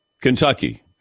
Kentucky